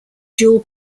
dual